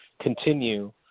continue